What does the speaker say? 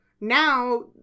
Now